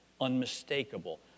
unmistakable